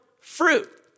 fruit